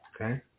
Okay